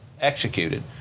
executed